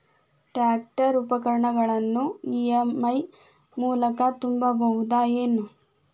Tractor ಉಪಕರಣಗಳನ್ನು EMI ಮೂಲಕ ತುಂಬಬಹುದ ಏನ್?